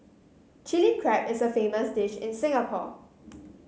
Chilli Crab is a famous dish in Singapore